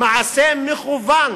מעשה מכוון